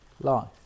life